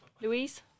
Louise